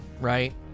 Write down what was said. right